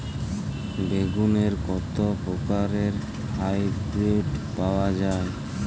বেগুনের কত প্রকারের হাইব্রীড পাওয়া যায়?